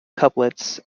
couplets